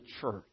church